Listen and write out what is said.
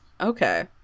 Okay